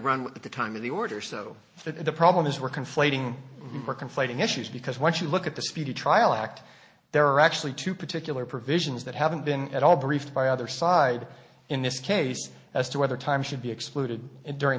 run at the time of the order so that the problem is we're conflating are conflating issues because when you look at the speedy trial act there are actually two particular provisions that haven't been at all briefed by other side in this case as to whether time should be excluded and during